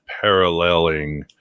paralleling